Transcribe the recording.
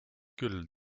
küll